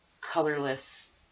colorless